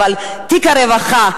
אבל תיק הרווחה?